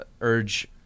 urge